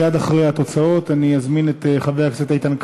מייד אחרי התוצאות אני אזמין את חבר הכנסת איתן כבל.